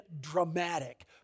dramatic